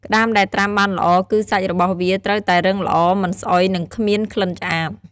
ក្តាមដែលត្រាំបានល្អ គឺសាច់របស់វាត្រូវតែរឹងល្អ មិនស្អុយ និងគ្មានក្លិនឆ្អាប។